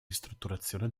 ristrutturazione